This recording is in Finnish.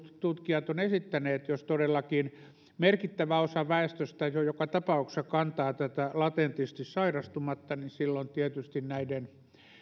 tutkijat ovat esittäneet jos todellakin merkittävä osa väestöstä jo joka tapauksessa kantaa tätä latentisti sairastumatta niin silloin tietysti näiden